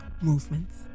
movements